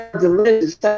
delicious